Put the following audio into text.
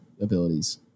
abilities